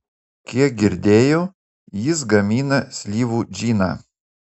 kiek girdėjau jis gamina slyvų džiną